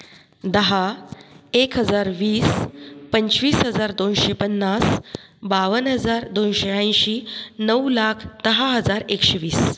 दहा एक हजार वीस पंचवीस हजार दोनशे पन्नास बावन्न हजार दोनशे ऐंशी नऊ लाख दहा हजार एकशे वीस